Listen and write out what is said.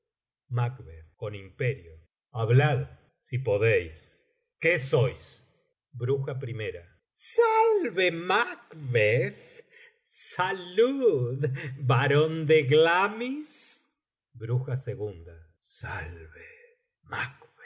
imperio hablad sí podeís qué sois salve macbeth salud barón de glamis salve